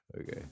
Okay